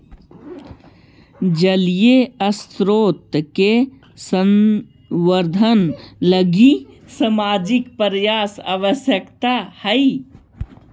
जलीय स्रोत के संवर्धन लगी सामाजिक प्रयास आवश्कता हई